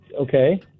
Okay